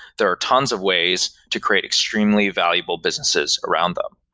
there are tons of ways to create extremely valuable businesses around them.